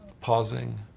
pausing